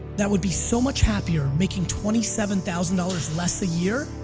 that would be so much happier making twenty seven thousand dollars less a year,